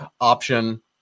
option